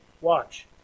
watch